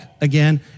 again